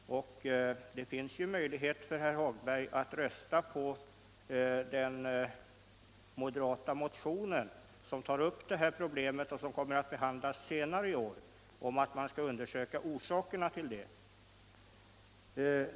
Det finns ju möjlighet för herr Hagberg att rösta på den moderata motion som kommer att behandlas senare i år och som föreslår att man skall undersöka orsakerna till detta problem.